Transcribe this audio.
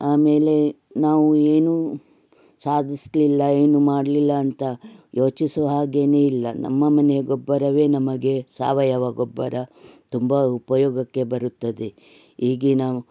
ಆಮೇಲೆ ನಾವು ಏನೂ ಸಾಧಿಸ್ಲಿಲ್ಲ ಏನೂ ಮಾಡಲಿಲ್ಲ ಅಂತ ಯೋಚಿಸೋ ಹಾಗೇ ಇಲ್ಲ ನಮ್ಮ ಮನೆಯ ಗೊಬ್ಬರವೇ ನಮಗೆ ಸಾವಯವ ಗೊಬ್ಬರ ತುಂಬ ಉಪಯೋಗಕ್ಕೆ ಬರುತ್ತದೆ ಈಗಿನ